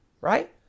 right